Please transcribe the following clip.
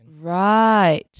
Right